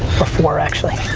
four, actually.